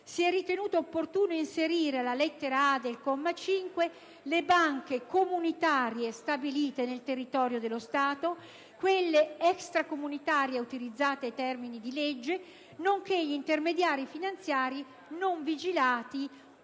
si è ritenuto opportuno inserire, alla lettera *a)* del comma 5, le banche comunitarie stabilite nel territorio dello Stato, quelle extracomunitarie autorizzate a termini di legge, nonché gli intermediari finanziari non vigilati,